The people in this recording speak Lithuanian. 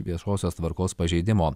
viešosios tvarkos pažeidimo